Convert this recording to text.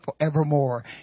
forevermore